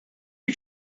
you